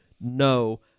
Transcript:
No